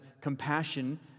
compassion